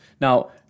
Now